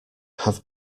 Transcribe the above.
have